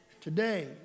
today